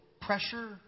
pressure